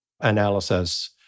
analysis